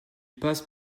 passe